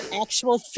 actual